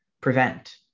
prevent